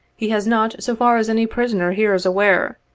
he has not, so far as any prisoner here is aware,